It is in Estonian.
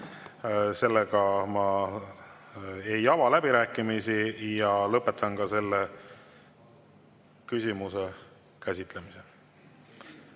Seega ma ei ava läbirääkimisi ja lõpetan ka selle küsimuse käsitlemise.